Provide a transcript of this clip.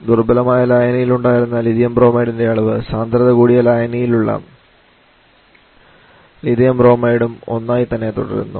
ദുർബലമായ ലായനിയിൽ ഉണ്ടായിരുന്ന ലിഥിയം ബ്രോമൈഡിന്റെ അളവ് സാന്ദ്രത കൂടിയ ലായനിയിൽ ഉള്ള ലിഥിയം ബ്രോമൈഡും ഒന്നായി തന്നെ തുടരുന്നു